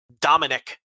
Dominic